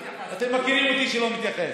אתם מכירים אותי שאני לא מתייחס.